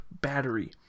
battery